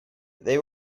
they